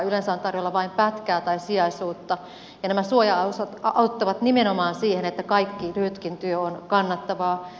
yleensä on tarjolla vain pätkää tai sijaisuutta ja nämä suojaosat auttavat nimenomaan siihen että kaikki lyhytkin työ on kannattavaa